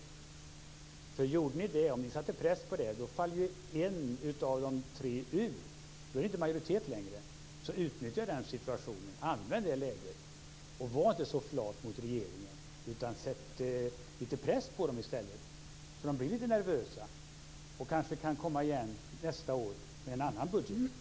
Om ni gjorde det skulle ett av de tre partierna falla bort. Då finns det inte längre en majoritet. Använd det läget och utnyttja den situationen! Var inte så flat mot regeringen, utan sätt lite press på den så att den blir lite nervös! Då kan regeringen kanske komma tillbaka nästa år med en annan budget.